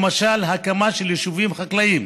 למשל הקמה של יישובים חקלאיים.